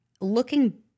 looking